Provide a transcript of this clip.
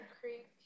Creek